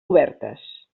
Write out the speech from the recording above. obertes